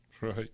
Right